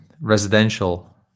residential